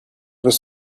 was